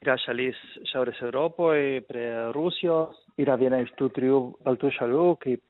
yra šalis šiaurės europoj prie rusijos yra viena iš tų trijų baltijos šalių kaip